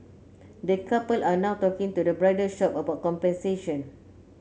the couple are now talking to the bridal shop about compensation